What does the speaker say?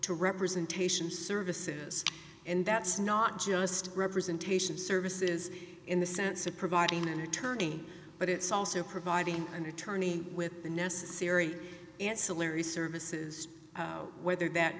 to representation services and that's not just representation services in the sense of providing an attorney but it's also providing an attorney with the necessary ancillary services whether that